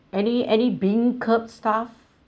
any any beancurd stuff